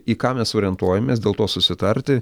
į ką mes orientuojamės dėl to susitarti